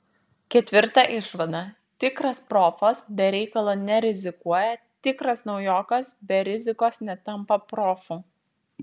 ketvirta išvada tikras profas be reikalo nerizikuoja tikras naujokas be rizikos netampa profu